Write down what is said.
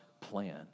plan